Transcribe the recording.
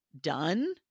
done